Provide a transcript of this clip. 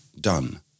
done